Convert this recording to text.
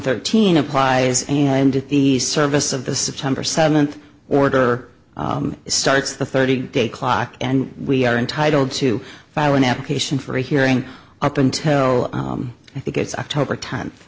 thirteen applies and the service of the september seventh order starts the thirty day clock and we are entitled to file an application for a hearing up until i think it's october t